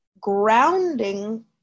grounding